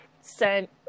sent